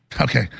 okay